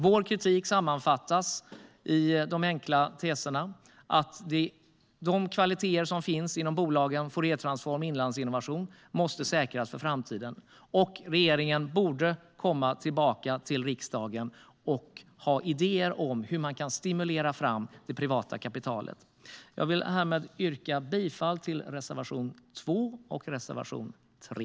Vår kritik sammanfattas i de enkla teserna att de kvaliteter som finns inom bolagen Fouriertransform och Inlandsinnovation måste säkras för framtiden och att regeringen borde komma tillbaka till riksdagen och ha idéer om hur man ska stimulera fram det privata kapitalet. Jag yrkar härmed bifall till reservationerna 2 och 3.